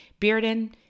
Bearden